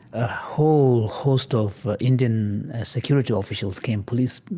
a whole host of indian security officials came, police,